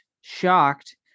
shocked